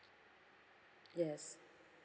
yes